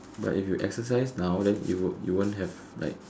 but if you exercise now then you would it won't have like